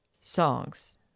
songs